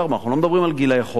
אנחנו לא מדברים על גילאי חובה.